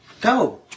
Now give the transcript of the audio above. go